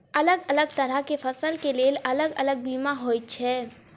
अलग अलग तरह केँ फसल केँ लेल अलग अलग बीमा होइ छै?